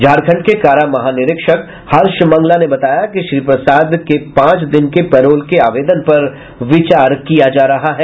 झारखंड के कारा महानिरीक्षक हर्ष मंगला ने बताया कि श्री प्रसाद को पांच दिन के पैरोल के आवेदन पर विचार किया जा रहा है